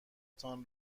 تان